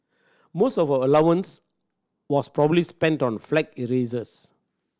most of allowance was probably spent on flag erasers